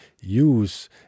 use